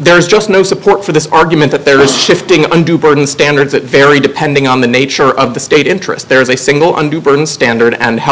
there's just no support for the argument that there is shifting undue burden standards that vary depending on the nature of the state interest there is a single undue burden standard and how